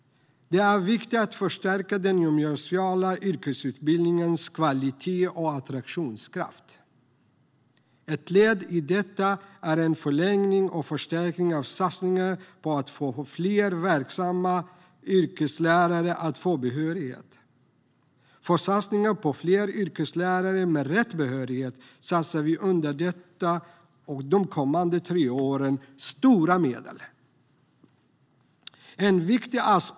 Det är viktigt att förstärka den gymnasiala yrkesutbildningens kvalitet och attraktionskraft. Ett led i detta är en förlängning och förstärkning av satsningen på att få fler verksamma yrkeslärare att få behörighet. För satsningar på fler yrkeslärare med rätt behörighet satsar vi under detta och de kommande tre åren stora medel.